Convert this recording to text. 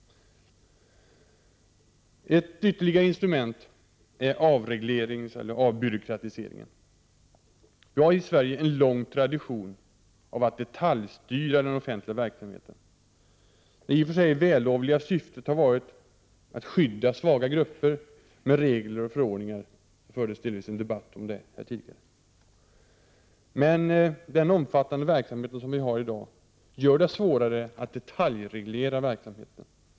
Ytterligare ett instrument är avbyråkratiseringen. Vi har i Sverige en lång tradition att detaljstyra den offentliga verksamheten. Det i och för sig vällovliga syftet har varit att skydda svaga grupper med regler och förordningar. Det fördes en debatt om bl.a. detta här tidigare. Men den omfattande verksamhet vi har i dag gör det svårare att detaljreglera verksamheten.